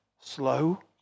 slow